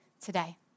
today